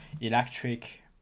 electric